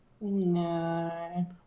No